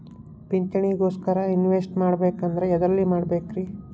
ಪಿಂಚಣಿ ಗೋಸ್ಕರ ಇನ್ವೆಸ್ಟ್ ಮಾಡಬೇಕಂದ್ರ ಎದರಲ್ಲಿ ಮಾಡ್ಬೇಕ್ರಿ?